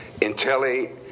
Intelli